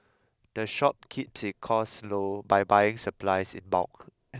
the shop keeps its costs low by buying its supplies in bulk